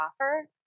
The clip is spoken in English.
offer